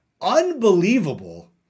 unbelievable